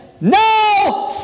no